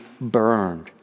burned